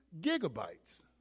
gigabytes